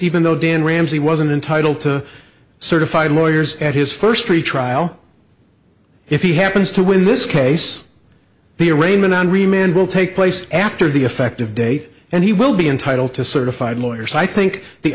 even though dan ramsey wasn't entitled to certified lawyers at his first three trial if he happens to win this case the arraignment on remained will take place after the effective date and he will be entitled to certified lawyers i think the